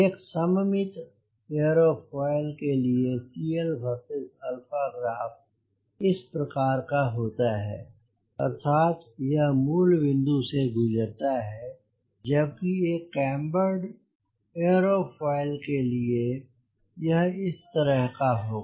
एक सममित एयरोफॉयल के लिए CL versus ग्राफ इस प्रकार का होता है अर्थात यह मूल बिंदु से गुजरता है जबकि एक कैमबर्ड एयरोफॉयल के लिए यह इस तरह का होगा